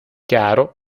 chiaro